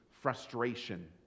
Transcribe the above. frustration